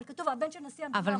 אבל כתוב הבן של נשיא ה --- אבל,